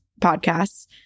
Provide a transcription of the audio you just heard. podcasts